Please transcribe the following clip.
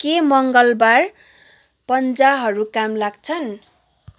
के मङ्गलवार पन्जाहरू काम लाग्छन्